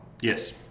Yes